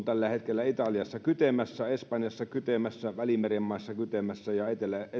tällä hetkellä italiassa kytemässä espanjassa kytemässä välimeren maissa kytemässä ja